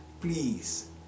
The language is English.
please